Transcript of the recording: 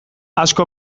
asko